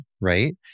right